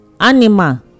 Animal